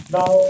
Now